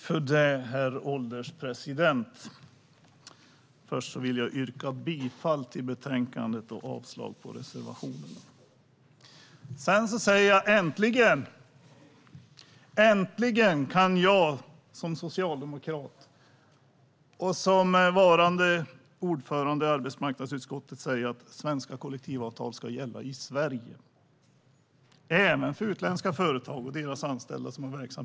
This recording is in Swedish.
Herr ålderspresident! Först vill jag yrka bifall till utskottets förslag i betänkandet och avslag på samtliga reservationer. Äntligen! Äntligen kan jag som socialdemokrat och ordförande i arbetsmarknadsutskottet säga att svenska kollektivavtal ska gälla i Sverige även för utländska företag som har verksamhet här och deras anställda.